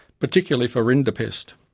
particularly for rinderpest.